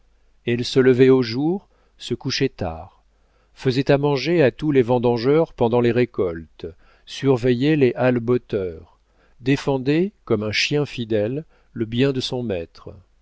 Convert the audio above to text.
elle se levait au jour se couchait tard faisait à manger à tous les vendangeurs pendant les récoltes surveillait les halleboteurs défendait comme un chien fidèle le bien de son maître